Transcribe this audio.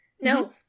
No